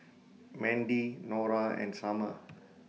Mandy Nora and Summer